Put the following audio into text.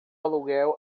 aluguel